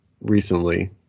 recently